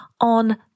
on